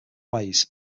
ways